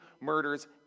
murders